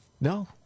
No